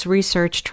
Research